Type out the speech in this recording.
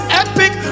epic